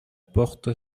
porte